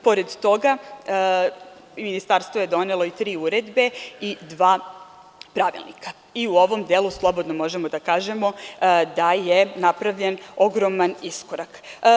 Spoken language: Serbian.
Pored toga, ministarstvo je donelo i tri uredbe i dva pravilnika i u ovom delu slobodno možemo da kažemo da je napravljen ogroman iskorak.